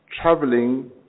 traveling